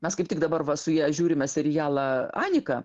mes kaip tik dabar va su ja žiūrime serialą anika